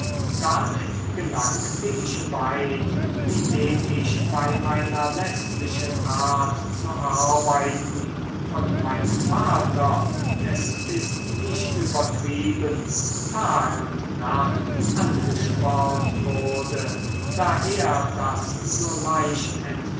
damit gelangte ich weit indem ich bei meiner läßlichen art zu arbeiten von meinem vater es ist nicht übertrieben tag und nacht angespornt wurde da er das so leicht